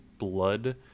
Blood